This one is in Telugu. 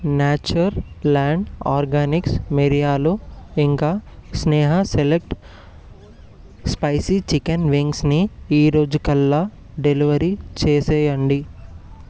నాచర్ ల్యాండ్ ఆర్గానిక్స్ మిరియాలు ఇంకా స్నేహ సెలెక్ట్ స్పైసీ చికెన్ వింగ్స్ని ఈరోజు కల్లా డెలివర్ చేసేయండి